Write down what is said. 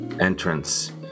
entrance